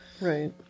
right